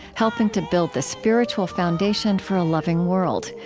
helping to build the spiritual foundation for a loving world.